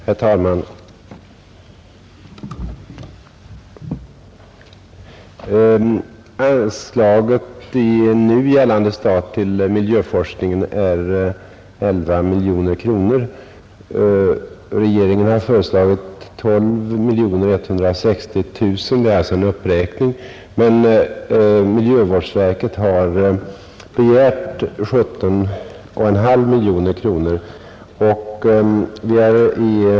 Herr talman! Anslaget i nu gällande stat till miljövårdsforskningen är 11 miljoner kronor. Regeringen har föreslagit 12 160 000 kronor. Det är alltså en uppräkning. Men naturvårdsverket har begärt 17,5 miljoner kronor.